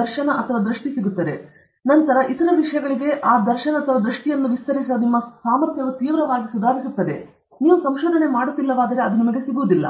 ದರ್ಶನ ಅಥವಾ ದೃಷ್ಟಿ ಬರುತ್ತದೆ ನಂತರ ಇತರ ವಿಷಯಗಳಿಗೆ ವಿಸ್ತರಿಸುವ ನಿಮ್ಮ ಸಾಮರ್ಥ್ಯವು ತೀವ್ರವಾಗಿ ಸುಧಾರಿಸುತ್ತದೆ ನೀವು ಸಂಶೋಧನೆ ಮಾಡುತ್ತಿಲ್ಲವಾದರೆ ಅದು ನಿಮಗೆ ಸಿಗುವುದಿಲ್ಲ